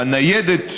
הניידת,